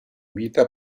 vita